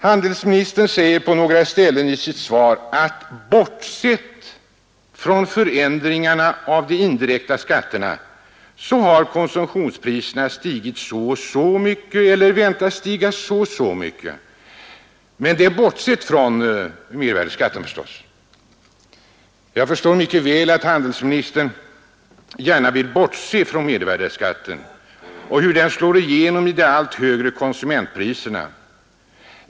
Handelsministern säger på några ställen i sitt svar att bortsett från förändringarna av de indirekta skatterna har konsumentpriserna stigit så och så mycket eller väntas stiga så och så mycket. Jag förstår mycket väl att handelsministern gärna vill bortse från mervärdeskatten och hur den slår igenom i de allt högre konsumentpriserna.